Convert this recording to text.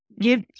Give